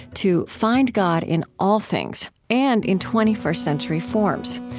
to find god in all things and in twenty first century forms,